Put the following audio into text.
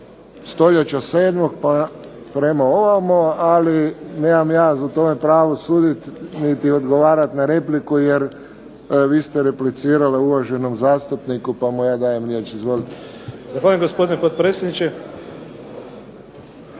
stoljeća sedmog pa prema ovamo. Ali nemam ja o tome pravo suditi niti odgovarat na repliku jer vi ste replicirala uvaženom zastupniku pa mu ja dajem riječ. Izvolite. **Matušić, Frano